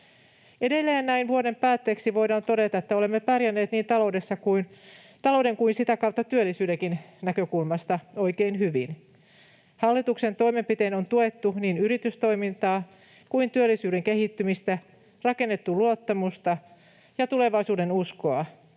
Edelleen näin vuoden päätteeksi voidaan todeta, että olemme pärjänneet niin talouden kuin sitä kautta työllisyydenkin näkökulmasta oikein hyvin. Hallituksen toimenpitein on tuettu niin yritystoimintaa kuin työllisyyden kehittymistä, rakennettu luottamusta ja tulevaisuudenuskoa.